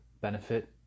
benefit